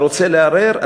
אתה רוצה לערער?